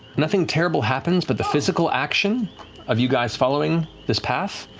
nothing terrible happens, but the physical action of you guys following this path,